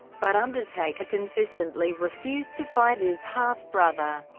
but undertaker consistently refused to fight his half-brother.